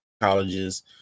colleges